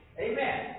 amen